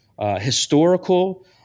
historical